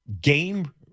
game